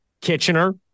Kitchener